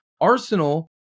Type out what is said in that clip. Arsenal